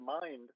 mind